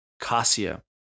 Cassia